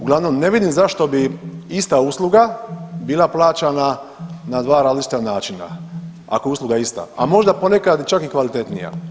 Uglavnom, ne vidim zašto bi ista usluga bila plaćana na dva različita načina ako je usluga ista, a možda ponekad čak i kvalitetnija.